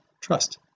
trust